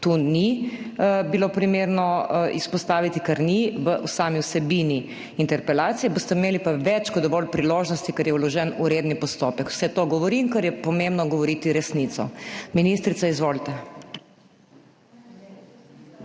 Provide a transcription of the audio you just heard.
ni bilo primerno izpostaviti, ker ni v sami vsebini interpelacije. Boste imeli pa več kot dovolj priložnosti, ker je vložen v redni postopek. Vse to govorim, ker je pomembno govoriti resnico. Ministrica, izvolite.